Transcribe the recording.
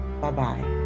Bye-bye